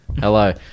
Hello